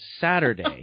Saturday